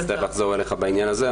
אני אצטרך לחזור אליך בעניין הזה,